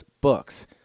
books